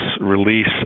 release